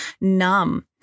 numb